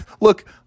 look